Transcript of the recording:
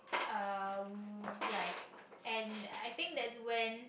uh like and I think that's when